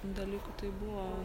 dalykų tai buvo